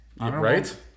Right